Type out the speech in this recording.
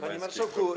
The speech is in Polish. Panie Marszałku!